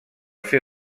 fer